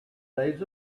days